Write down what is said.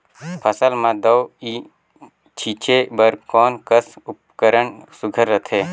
फसल म दव ई छीचे बर कोन कस उपकरण सुघ्घर रथे?